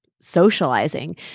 socializing